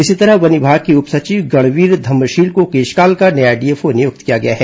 इसी तरह वन विमाग के उप सचिव गणवीर धम्मशील को केशकाल का नया डीएफओ नियुक्त किया गया है